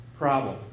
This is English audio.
Problem